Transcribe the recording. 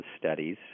studies